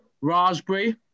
Raspberry